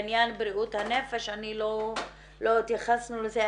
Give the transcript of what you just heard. בעניין בריאות הנפש, לא התייחסנו לזה.